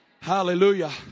Hallelujah